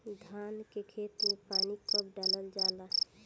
धान के खेत मे पानी कब डालल जा ला?